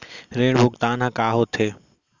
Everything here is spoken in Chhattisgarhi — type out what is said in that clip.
ऋण भुगतान ह का होथे?